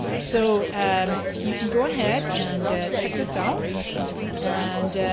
so and you can go ahead and check this out and